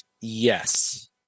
Yes